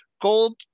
Gold